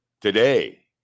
Today